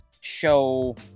show